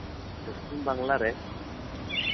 ᱯᱚᱥᱪᱷᱤᱢᱵᱟᱝᱞᱟᱨᱮ